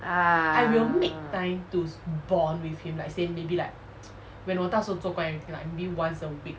ah